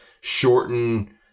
shorten